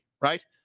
right